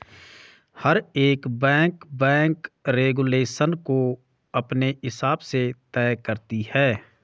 हर एक bank bank regulation को अपने हिसाब से तय करती है